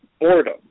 boredom